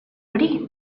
hori